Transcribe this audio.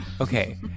Okay